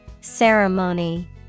Ceremony